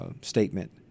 statement